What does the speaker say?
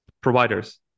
providers